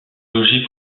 loger